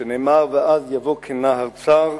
שנאמר: ואז "יבוא כנהר צר",